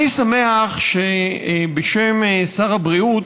אני שמח שבשם שר הבריאות